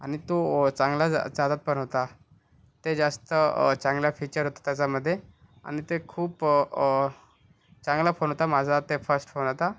आणि तो चांगला चा चालत पण होता ते जास्त चांगला फीचर होतं त्याचामध्ये आणि ते खूप चांगला फोन होता माझा ते फस्ट फोन होता